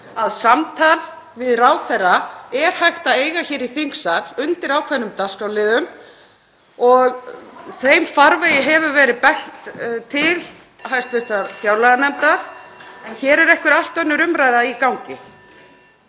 að samtal við ráðherra er hægt að eiga hér í þingsal undir ákveðnum dagskrárliðum og þeirri leið hefur verið beint til hv. fjárlaganefndar. En hér er einhver allt önnur umræða í gangi.